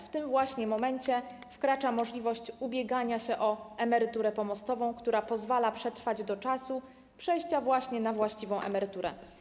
W tym właśnie momencie wkracza możliwość ubiegania się o emeryturę pomostową, która pozwala przetrwać do czasu przejścia właśnie na właściwą emeryturę.